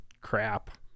crap